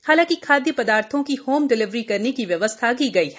हालाँकि खाद्य पदार्थो की होम डिलीवरी करने की व्यवस्था की गयी है